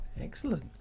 Excellent